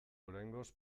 oraingoz